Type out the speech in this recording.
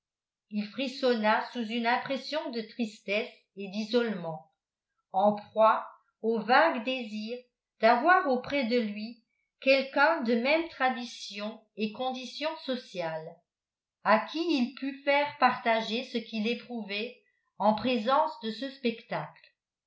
il frissonna sous une impression de tristesse et d'isolement en proie au vague désir d'avoir auprès de lui quelqu'un de mêmes traditions et conditions sociales à qui il pût faire partager ce qu'il éprouvait en présence de ce spectacle